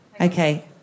okay